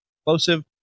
explosive